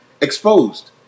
exposed